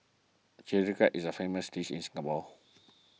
Chilli Crab is a famous dish in Singapore